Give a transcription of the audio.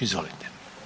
Izvolite.